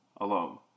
alone